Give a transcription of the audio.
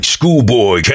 Schoolboy